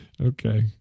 Okay